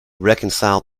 reconcile